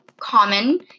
Common